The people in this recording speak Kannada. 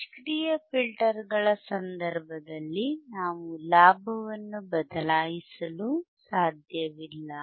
ನಿಷ್ಕ್ರಿಯ ಫಿಲ್ಟರ್ಗಳ ಸಂದರ್ಭದಲ್ಲಿ ನಾವು ಲಾಭವನ್ನು ಬದಲಾಯಿಸಲು ಸಾಧ್ಯವಿಲ್ಲ